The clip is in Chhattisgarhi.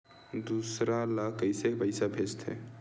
दूसरा ला कइसे पईसा भेजथे?